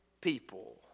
People